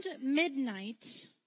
midnight